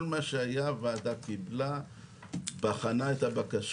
כל מה שהיה, הוועדה קיבלה ובחנה את הבקשות.